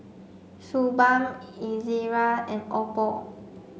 Suu Balm Ezerra and Oppo